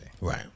Right